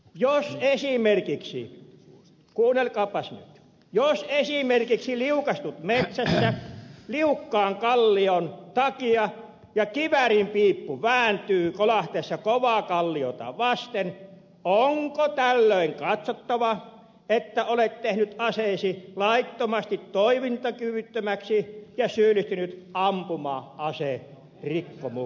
jos esimerkiksi kuunnelkaapas nyt liukastut metsässä liukkaan kallion takia ja kiväärin piippu vääntyy sen kolahtaessa kovaa kalliota vasten onko tällöin katsottava että olet tehnyt aseesi laittomasti toimintakyvyttömäksi ja syyllistynyt ampuma aserikkomukseen